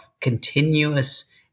continuous